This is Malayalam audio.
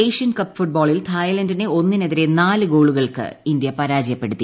ഏഷ്യൻ കപ്പ് ഫുട്ബോളിൽ തായ്ലന്റിനെ ഒന്നിനെ തിരെ നാല് ഗോളുകൾക്ക് ഇന്ത്യ പരാജയപ്പെടുത്തി